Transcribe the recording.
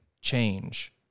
change